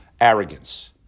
arrogance